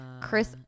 Chris